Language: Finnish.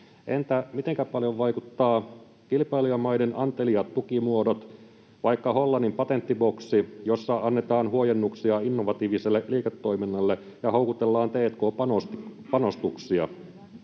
Entä mitenkä paljon vaikuttavat kilpailijamaiden anteliaat tukimuodot, vaikka Hollannin patenttiboksi, jossa annetaan huojennuksia innovatiivi-selle liiketoiminnalle ja houkutellaan t&k-panostuksia?